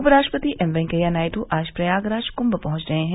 उप राष्ट्रपति एमवैकैया नायडू आज प्रयागराज कृम्म पहुंच रहे हैं